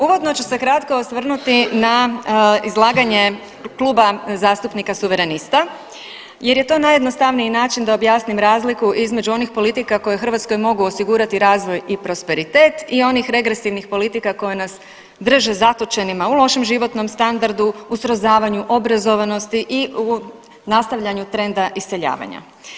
Uvodno ću se kratko osvrnuti na izlaganje Kluba zastupnika Suverenista jer je to najjednostavniji način da objasnim razliku između onih politika koje Hrvatskoj mogu osigurati razvoj i prosperitet i onih regresivnih politika koje nas drže zatočenima u lošem životnom standardu, u srozavanju obrazovanosti i u nastavljanju trenda iseljavanja.